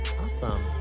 Awesome